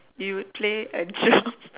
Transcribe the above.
you would play a drum